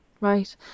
right